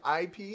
IP